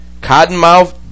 cottonmouth